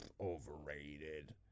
Overrated